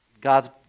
God's